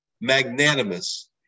Magnanimous